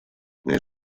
nel